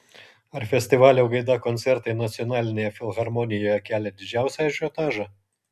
ar festivalio gaida koncertai nacionalinėje filharmonijoje kelia didžiausią ažiotažą